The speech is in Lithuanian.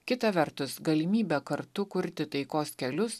kita vertus galimybė kartu kurti taikos kelius